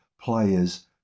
players